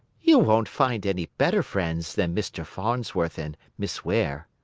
you won't find any better friends than mr. farnsworth and miss ware.